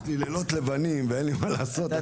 יש לי לילות לבנים ואין לי מה לעשות.